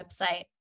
website